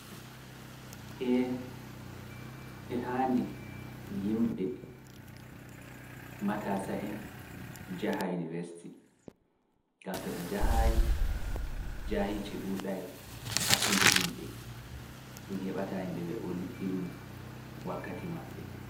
Ee, e haandi yimɓe Matasa en jahayi ni resti, gam to ɓe njahayi, jahilce ɗuuɗaay hakkunde yimɓe, ɗum heɓataa yimɓe ɓe olni ilmu wakkati maɓɓe.